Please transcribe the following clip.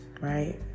right